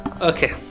Okay